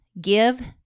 Give